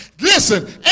listen